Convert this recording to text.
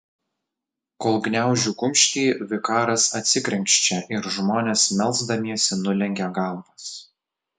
kol gniaužiu kumštį vikaras atsikrenkščia ir žmonės melsdamiesi nulenkia galvas